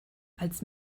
als